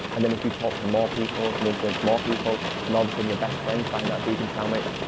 and then if you talk to more people and influence more people and obviously your best friends buying that vegan sandwich,